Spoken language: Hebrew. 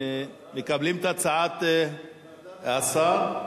מקבלים את הצעת השר?